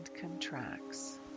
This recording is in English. contracts